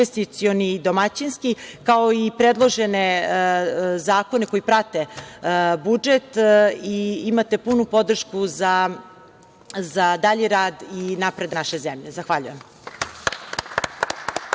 investicioni i domaćinski, kao i predložene zakone koji prate budžet. Imate punu podršku za dalji rad i napredak naše zemlje. Zahvaljujem.